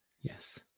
Yes